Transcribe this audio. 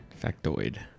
Factoid